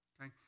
okay